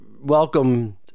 welcome